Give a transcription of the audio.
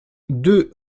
deux